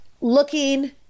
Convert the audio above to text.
looking